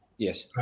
Yes